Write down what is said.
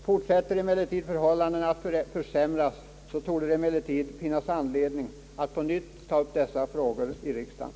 Fortsätter förhållandena att försämras, torde det emellertid finnas anledning att på nytt ta upp dessa frågor i riksdagen.